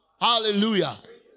Hallelujah